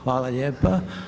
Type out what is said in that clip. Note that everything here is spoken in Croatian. Hvala lijepa.